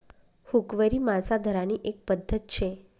हुकवरी मासा धरानी एक पध्दत शे